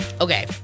Okay